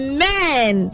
Amen